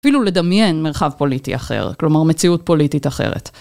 אפילו לדמיין, מרחב פוליטי אחר. כלומר, מציאות פוליטית אחרת.